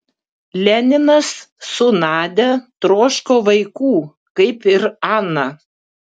leninas su nadia troško vaikų kaip ir ana